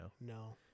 no